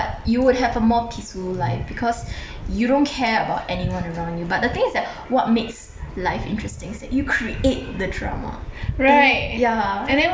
but you would have a more peaceful life because you don't care about anyone around you but the thing is that what makes life interesting is that you create the drama you ya